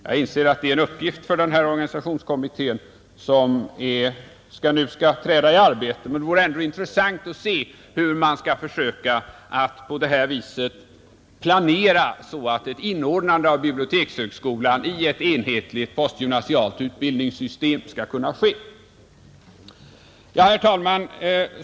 Jag inser att det är en uppgift för den organisationskommitté som nu skall träda i arbete, men det vore ändå intressant att få veta hur man ämnar planera för ett inordnande av bibliotekshögskolan i ett enhetligt postgymnasialt utbildningssystem. Herr talman!